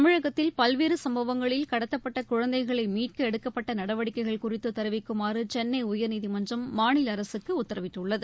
தமிழகத்தில் பல்வேறு சம்பவங்களில் கடத்தப்பட்ட குழந்தைகளை மீட்க எடுக்கப்பட்ட நடவடிக்கைகள் குறித்து தெரிவிக்குமாறு சென்னை உயர்நீதிமன்றம் மாநில அரசுக்கு உத்தரவிட்டுள்ளது